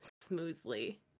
smoothly